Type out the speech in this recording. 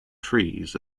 trees